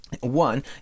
One